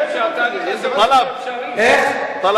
עכשיו